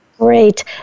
Great